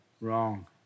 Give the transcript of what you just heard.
wrong